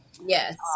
Yes